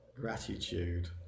gratitude